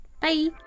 Bye